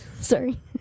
Sorry